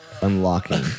unlocking